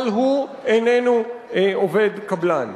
אבל הוא איננו עובד קבלן.